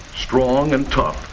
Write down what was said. strong and tough,